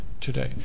today